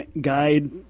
guide